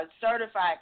certified